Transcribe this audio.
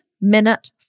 minute